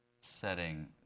setting